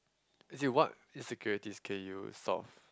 as in what insecurities can you solve